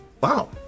Wow